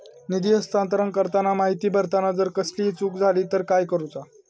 निधी हस्तांतरण करताना माहिती भरताना जर कसलीय चूक जाली तर काय करूचा?